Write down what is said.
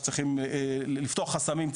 שצריכים לפתוח חסמים,